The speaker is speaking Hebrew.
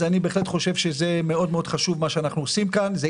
אני חושב שמה שאנחנו עושים פה, מאוד חשוב.